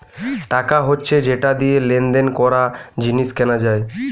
টাকা হচ্ছে যেটা দিয়ে লেনদেন করা, জিনিস কেনা যায়